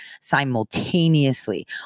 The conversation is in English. simultaneously